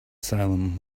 salem